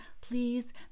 please